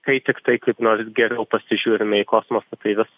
kai tiktai kaip nors geriau pasižiūrime į kosmosą tai vis